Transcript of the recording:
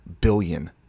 billion